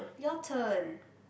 your turn